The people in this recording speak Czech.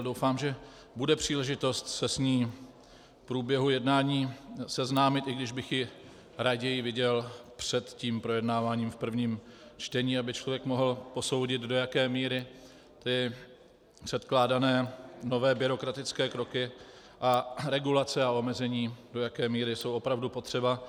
Doufám, že bude příležitost se s ní v průběhu jednání seznámit, i když bych ji raději viděl před tím projednáváním v prvním čtení, aby člověk mohl posoudit, do jaké míry ty předkládané nové byrokratické kroky a regulace a omezení, do jaké míry jsou opravdu potřeba.